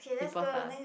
simple stuff